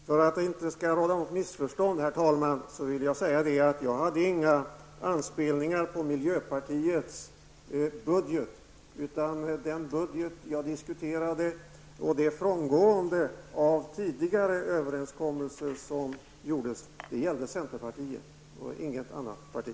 Herr talman! För att det inte skall råda något missförstånd vill jag säga att jag inte gjorde några anspelningar på miljöpartiets budget. Den budget jag diskuterade -- och det frångående av tidigare överenskommelser som avsågs -- gällde centerpartiet och inget annat parti.